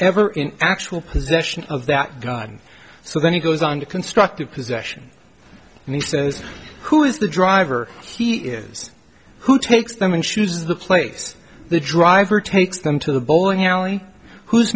ever in actual possession of that gun so then he goes on to constructive possession and he says who is the driver he is who takes them and choose the place the driver takes them to the bowling alley who's